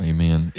Amen